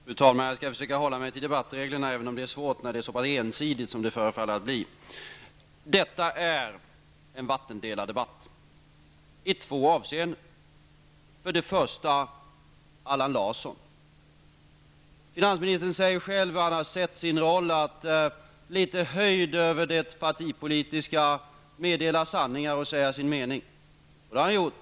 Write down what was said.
Fru talman! Jag skall försöka att hålla mig till debattreglerna, även om det är svårt när det är så ensidigt som det förefaller att bli. Detta är en vattendelardebatt i två avseenden. För det första säger finansminister Allan Larsson att han ser sin roll som att litet höjd över det partipolitiska meddela sanningar och säga sin mening. Det har han gjort.